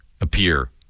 appear